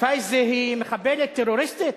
פאיזה היא מחבלת טרוריסטית?